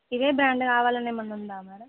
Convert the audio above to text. ఇదే బ్రాండ్ కావాలని ఏమైనా ఉందా మేడమ్